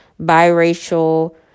biracial